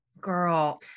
Girl